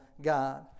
God